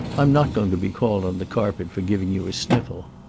i'm not going to be called on the carpet for giving you a sniffle.